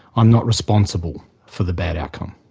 i'm not responsible for the bad outcome.